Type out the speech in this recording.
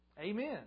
Amen